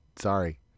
sorry